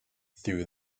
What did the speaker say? through